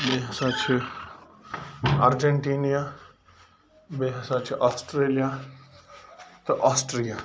بیٚیہِ ہسا چھِ اَرجَنٹیٖنیا بیٚیہِ ہسا چھُ آسٹریلیا تہٕ آسٹریا